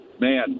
man